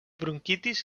bronquitis